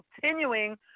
continuing